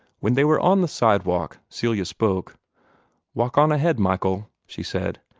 when they were on the sidewalk, celia spoke walk on ahead, michael! she said.